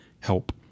help